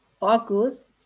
August